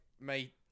mate